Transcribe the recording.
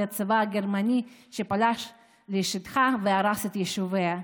הצבא הגרמני שפלש לשטחה והרס את יישוביה.